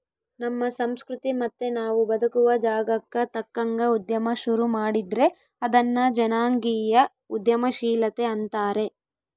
ನಮ್ಮ ಸಂಸ್ಕೃತಿ ಮತ್ತೆ ನಾವು ಬದುಕುವ ಜಾಗಕ್ಕ ತಕ್ಕಂಗ ಉದ್ಯಮ ಶುರು ಮಾಡಿದ್ರೆ ಅದನ್ನ ಜನಾಂಗೀಯ ಉದ್ಯಮಶೀಲತೆ ಅಂತಾರೆ